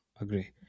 Agree